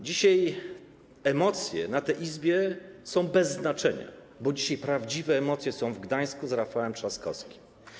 Dzisiaj emocje na tej Izbie są bez znaczenia, bo dzisiaj prawdziwe emocje są w Gdańsku z Rafałem Trzaskowskim.